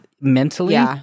mentally